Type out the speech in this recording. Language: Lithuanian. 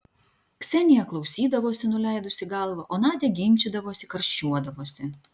ksenija klausydavosi nuleidusi galvą o nadia ginčydavosi karščiuodavosi